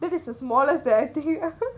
that is the smallest that I think of